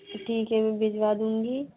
ठीक है मैं भिजवा दूंगी